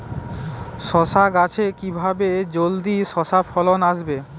শশা গাছে কিভাবে জলদি শশা ফলন আসবে?